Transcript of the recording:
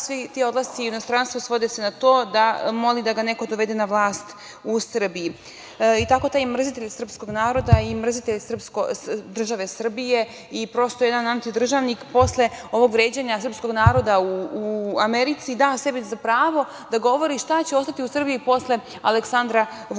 svi ti odlasci u inostranstvo svode se na to da moli da ga neko dovede na vlast u Srbiji. Tako taj mrzitelj srpskog naroda i mrzitelj države Srbije i prosto jedan antidržavnik, posle vređanja srpskog naroda u Americi, daje sebi za pravo da govori šta će ostati u Srbiji posle Aleksandra Vučića.